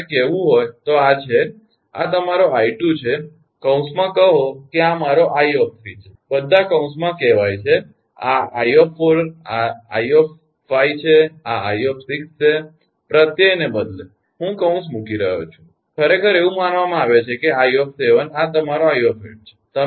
જો મારે કહેવું હોય તો આ છે આ મારો 𝑖 છે કૌંસમાં કહો કે આ મારો 𝑖 છે બધા કૌંસમાં કહેવાય છે આ 𝑖 છે આ 𝑖 છે આ 𝑖 છે પ્રત્યયને બદલે હું કૌંસ મૂકી રહ્યો છું ખરેખર એવું કહેવામાં આવે છે 𝑖 આ તમારો 𝑖 છે